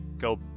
go